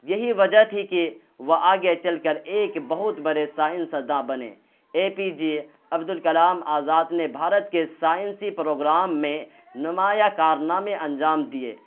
یہی وجہ تھی کہ وہ آگے چل کر ایک بہت بڑے سائنس داں بنے A P J Abdul Kalam Azad نے بھارت کے سائنسی پروگرام میں نمایاں کارنامے انجام دیے